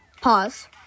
pause